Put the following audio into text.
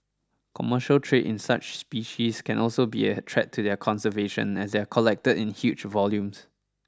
commercial trade in such species can also be a threat to their conservation as they are collected in huge volumes